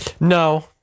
No